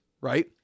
right